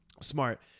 Smart